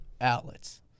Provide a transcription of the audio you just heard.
outlets